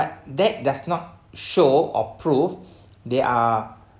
that does not show or prove they are